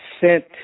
sent